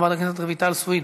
חברת הכנסת רויטל סויד,